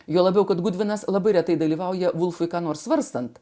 juo labiau kad gulbinas labai retai dalyvauja volfui ką nors svarstant